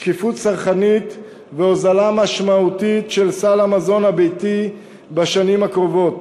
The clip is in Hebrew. לשקיפות צרכנית ולהוזלה משמעותית של סל המזון הביתי בשנים הקרובות.